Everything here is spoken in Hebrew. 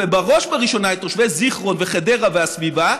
ובראש וראשונה את תושבי זיכרון וחדרה והסביבה,